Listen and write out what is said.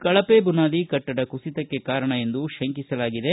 ಕಳಪೆ ಬುನಾದಿ ಕಟ್ಟಡ ಕುಸಿತಕ್ಕೆ ಕಾರಣ ಎಂದು ಶಂಕಿಸಲಾಗಿದೆ